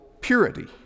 purity